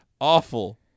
awful